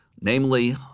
namely